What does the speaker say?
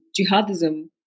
jihadism